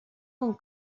con